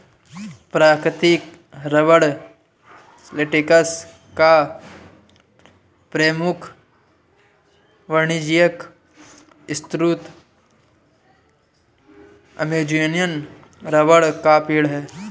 प्राकृतिक rubber latex का प्रमुख वाणिज्यिक स्रोत अमेज़ॅनियन रबर का पेड़ है